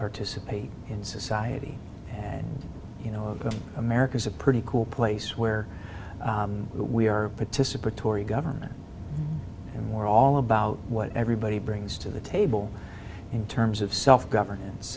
participate in society and you know america's a pretty cool place where we are participatory government and we're all about what everybody brings to the table in terms of self